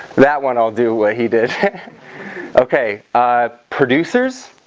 that one i'll do what he did okay ah producers